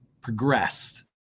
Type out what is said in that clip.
progressed